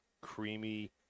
creamy